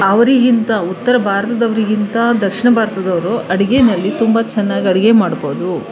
ಅವರಿಗಿಂತ ಉತ್ತರ ಭಾರತದವರಿಗಿಂತ ದಕ್ಷಿಣ ಭಾರತದವರು ಅಡುಗೆಯಲ್ಲಿ ತುಂಬ ಚೆನ್ನಾಗಿ ಅಡುಗೆ ಮಾಡ್ಬೋದು